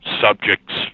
subjects